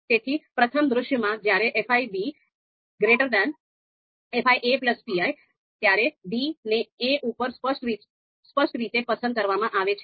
તેથી પ્રથમ દૃશ્યમાં જ્યારે fifipi ત્યારે b ને a ઉપર સ્પષ્ટ રીતે પસંદ કરવામાં આવે છે